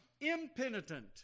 impenitent